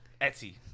Etsy